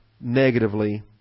negatively